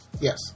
Yes